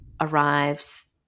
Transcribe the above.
arrives